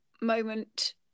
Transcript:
moment